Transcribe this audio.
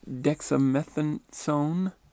dexamethasone